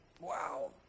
Wow